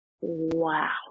wow